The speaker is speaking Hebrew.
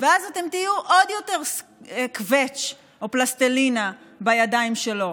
ואז אתם תהיו עוד יותר קווץ' או פלסטלינה בידיים שלו.